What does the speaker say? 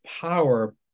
power